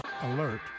Alert